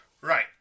Right